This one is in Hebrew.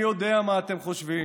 אני יודע מה אתם חושבים,